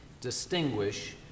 distinguish